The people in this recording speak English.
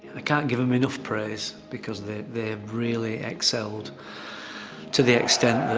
i can't give them enough praise because they they have really excelled to the extent